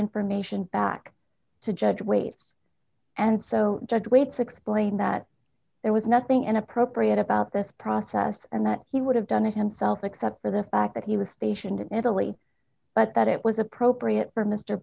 information back to judge waits and so judge waits explained that there was nothing inappropriate about this process and that he would have done it himself except for the fact that he was stationed in italy but that it was appropriate for m